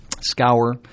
scour